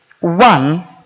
One